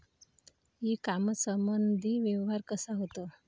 इ कामर्समंदी व्यवहार कसा होते?